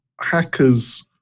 hackers